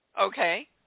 okay